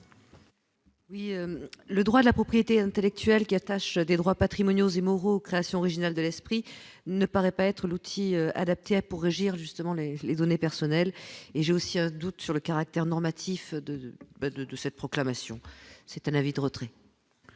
Oui, le droit de la propriété intellectuelle qui attache des droits patrimoniaux et moraux créations originales de l'esprit ne paraît pas être l'outil adapté à pour régir justement les les données personnelles et j'ai aussi un doute sur le caractère normatif de de de cette proclamation, c'est un avis de retrait.